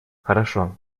хорошо